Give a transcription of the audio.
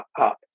up